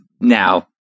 now